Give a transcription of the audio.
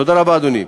תודה רבה, אדוני.